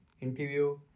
interview